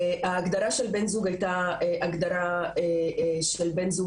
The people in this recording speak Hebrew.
ההגדרה של בן זוג היתה הגדרה של בן זוג